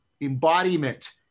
embodiment